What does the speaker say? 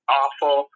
awful